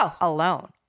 alone